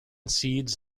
seeds